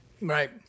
Right